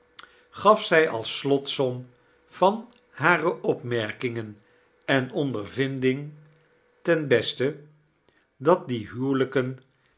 gaf zij als slotsom kerstvertellingen van hare opmerkingen en ondervinding ten beste dat die huwelijken